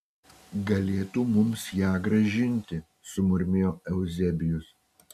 galėtų mums ją grąžinti sumurmėjo euzebijus